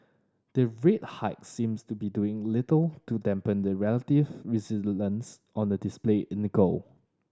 the rate hikes seems to be doing little to dampen the relative resilience on the display in the goal